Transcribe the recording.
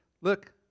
look